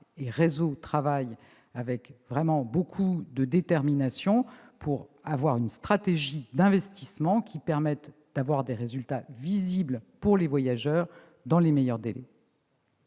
Réseau travaille avec beaucoup de détermination pour élaborer une stratégie d'investissement permettant des résultats visibles pour les voyageurs dans les meilleurs délais.